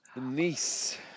nice